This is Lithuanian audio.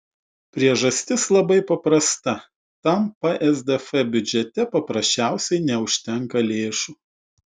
priežastis labai paprasta tam psdf biudžete paprasčiausiai neužtenka lėšų